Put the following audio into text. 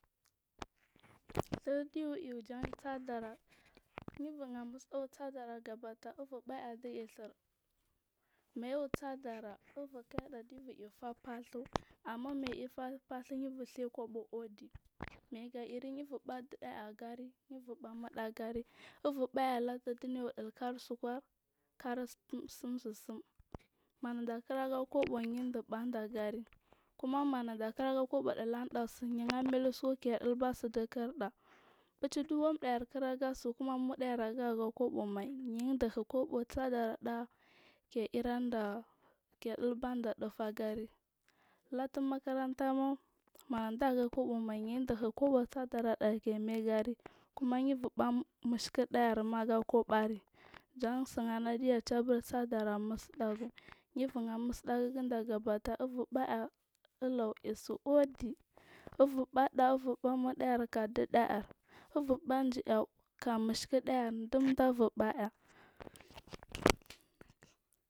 Ɗhir dubur iyu ja saa ɗara yibur hamusuɗagu saa dara uvur baya da mul ɗhir mayubu saa dara ubur kayada yibu ifaah fasu am ma mayai faah ffasul yibur ɗheya kubo udi mayiga iri yubur baa ɗi ɗair agari yibu baa ammada gari ubu baya ɗulatu ɗiyibur dil kari uskur kari sim sissi m manada kiraga kolbi your banda gari kuma manaɗa kara ga kubo ɗiniɗa su yalamailusu ku kediba sidikiɗa bushi wamɗa kiraga su kuma muɗa ar aga ga kubomai yiɗuhukud sa dara ɗa ke iraniɗa bushi wamɗa kiraga su kuma muɗa ar aga ga kubomai yiɗuhukub sa ɗara ɗa ke iraniɗa ɗibanɗ ɗufu gari latu makarantamma madaga kubomai yiduhi kubo sadaraɗa kemai agari kuma yub v ɓamiskirda ir maga kubori jan su ana ɗiyacibur saa dara musu ɗagu yibur hey musu ɗaggida gatabar ubu bar ar ɗilla isu udi ubur baa amada ar kaka ɗuɗa ar ubur ba agir ar ka mishkirda ar ɗu na dub baya.